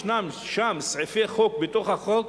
יש שם סעיפי חוק, בתוך החוק,